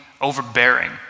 overbearing